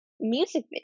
music